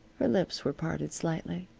her lips were parted slightly,